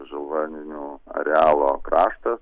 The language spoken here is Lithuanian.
žalvarninių arealo kraštas